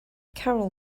carol